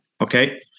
okay